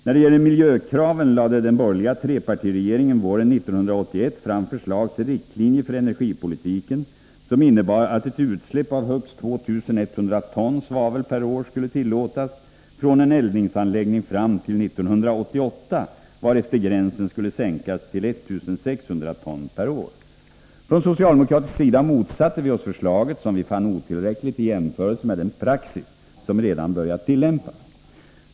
När det gäller miljökraven lade den borgerliga trepartiregeringen våren 1981 fram förslag till riktlinjer för energipolitiken som innebar att ett utsläpp av högst 2 100 ton svavel per år skulle tillåtas från en eldningsanläggning fram till 1988, varefter gränsen skulle sänkas till 1 600 ton per år. Från socialdemokratisk sida motsatte vi oss förslaget, som vi fann otillräckligt i jämförelse med den praxis som redan börjat tillämpas.